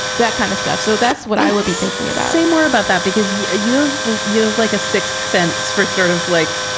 that kind of stuff. so that's what i would be thinking about say more about that, because yeah you've used like a sixth sense for sort of like,